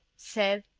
said,